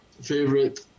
favorite